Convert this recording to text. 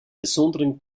besonderen